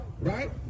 Right